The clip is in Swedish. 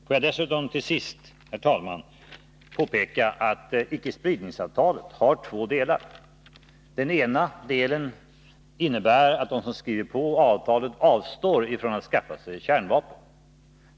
Får jag dessutom till sist, herr talman, påpeka att icke-spridningsavtalet har två delar. Den ena delen innebär att de som skriver på avtalet avstår från att skaffa sig kärnvapen.